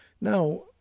Now